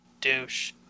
douche